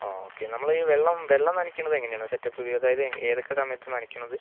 ആ ഓക്കെ നമ്മൾ ഈ വെള്ളം വെള്ളം നനക്കണത് എങ്ങനെ ആണ് സെറ്റപ്പ് അതായത് ഏതൊക്ക സമയത്ത് നനക്കണത്